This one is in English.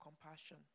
compassion